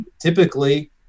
typically